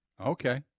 Okay